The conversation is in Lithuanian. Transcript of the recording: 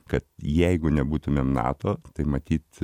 kad jeigu nebūtumėm nato tai matyt